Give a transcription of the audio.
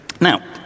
Now